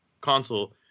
console